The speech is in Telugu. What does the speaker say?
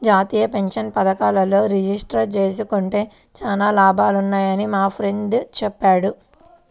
జాతీయ పెన్షన్ పథకంలో రిజిస్టర్ జేసుకుంటే చానా లాభాలున్నయ్యని మా ఫ్రెండు చెప్పాడు